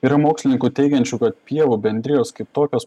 yra mokslininkų teigiančių kad pievų bendrijos kaip tokios